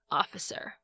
officer 。